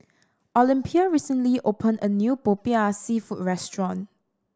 Olympia recently opened a new Popiah Seafood restaurant